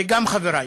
וגם חברי.